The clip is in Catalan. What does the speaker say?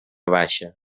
baixa